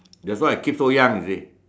that's why I keep so young you see